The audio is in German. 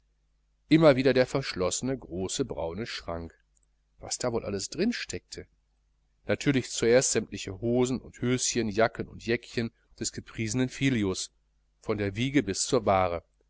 immer wieder der verschlossene große braune schrank was da wohl alles drin steckte natürlich zuerst sämtliche hosen und höschen jacken und jäckchen des gepriesenen filius von der wiege bis zur bahre